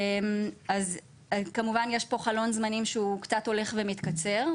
אז כמובן שיש פה חלון זמנים שהוא קצת הולך ומתקצר,